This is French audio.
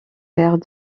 père